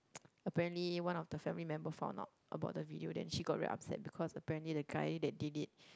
apparently one of the family member found out about the video then she got very upset because apparently the guy that did it